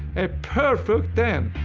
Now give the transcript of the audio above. a perfect ten.